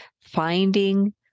finding